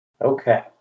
Okay